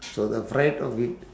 so the fright of it